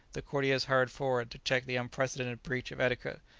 the courtiers hurried forward to check the unprecedented breach of etiquette,